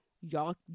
y'all